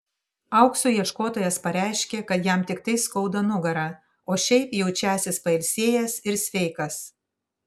aukso ieškotojas pareiškė kad jam tiktai skauda nugarą o šiaip jaučiąsis pailsėjęs ir sveikas